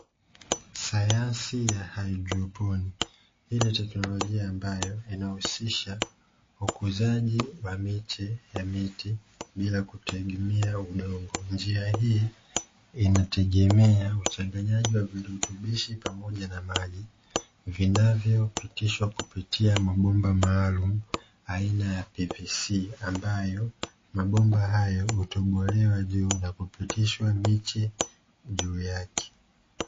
Sayansi ya haidroponi. Hii ni teknolojia ambayo inahusisha ukuzaji wa miche ya miti bila kutegemea udongo. Njia hii inategemea uchanganyaji wa virutubishi pamoja na maji; vinavyopitishwa kupitia mabomba maalumu aina ya "PVC", ambayo mabomba hayo hutobolewa juu na kupitishwa miche juu yake.